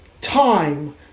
time